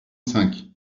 cinq